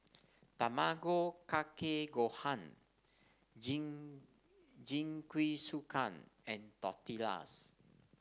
Tamago Kake Gohan Jing Jingisukan and Tortillas